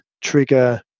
trigger